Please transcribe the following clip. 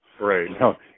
Right